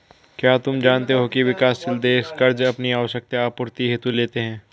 क्या तुम जानते हो की विकासशील देश कर्ज़ अपनी आवश्यकता आपूर्ति हेतु लेते हैं?